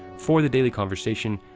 for the daily conversation,